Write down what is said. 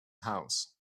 house